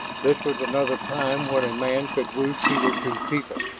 this was another time when a man could wish he were two people,